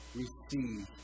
receive